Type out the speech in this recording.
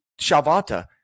Shavata